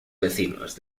vecinos